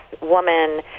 woman